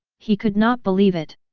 he could not believe it.